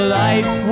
life